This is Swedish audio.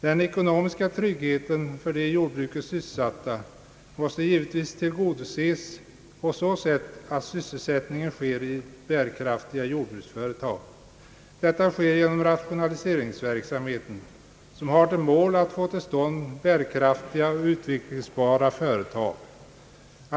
Den ekonomiska tryggheten för de i jordbruket sysselsatta måste givetvis tillgodoses på så sätt att sysselsättningen sker vid bärkraftiga jordbruksföretag. Detta sker genom rationaliseringsverksamheten som har till mål att få till stånd bärkraftiga och utvecklingsbara företag.